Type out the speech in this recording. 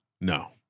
No